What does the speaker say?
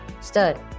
stud